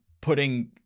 putting